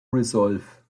resolve